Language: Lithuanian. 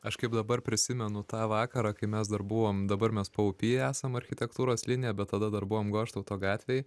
aš kaip dabar prisimenu tą vakarą kai mes dar buvom dabar mes paupy esam architektūros linija bet tada dar buvom goštauto gatvėj